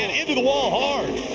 and and the wall hard!